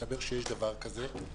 מסתבר שיש דבר כזה.